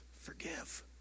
Forgive